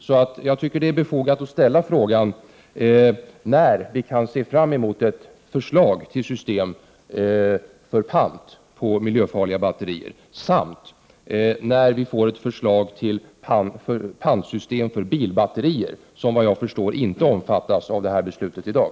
Jag tycker därför att det är befogat att ställa följande fråga: När kan vi se fram emot ett förslag till pantsystem då det gäller miljöfarliga batterier, och när får vi ett förslag till pantsystem när det gäller bilbatterier, som, såvitt jag förstår, inte omfattas av beslutet i dag?